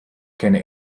keine